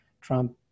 Trump